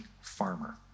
farmer